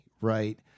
right